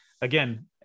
again